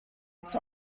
its